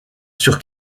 sur